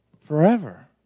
forever